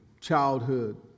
childhood